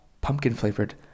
pumpkin-flavored